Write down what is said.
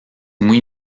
muy